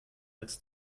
als